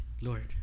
Lord